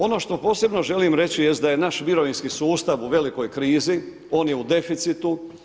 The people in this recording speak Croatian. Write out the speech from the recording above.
Ono što posebno želim reći jest da je naš mirovinski sustav u velikoj krizi, on je u deficitu.